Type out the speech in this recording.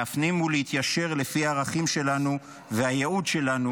להפנים ולהתיישר לפי הערכים שלנו והייעוד שלנו,